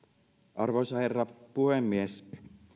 arvoisa herra puhemies